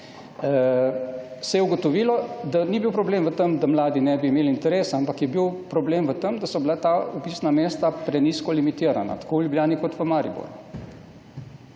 Se je ugotovilo, da ni bil problem v tem, da mladi ne bi imeli interesa, ampak je bil problem v tem, da so bila ta vpisna mesta prenizko limitirana, tako v Ljubljani, kot v Mariboru.